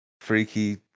freaky